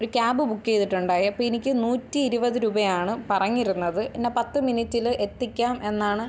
ഒരു cab book ചെയ്തിട്ടുണ്ടായിരുന്നു അപ്പോൾ എനിക്ക് നൂറ്റി ഇരുപത് രൂപയാണ് പറഞ്ഞിരുന്നത് എന്നെ പത്ത് മിനിറ്റിൾ എത്തിക്കാം എന്നാണ്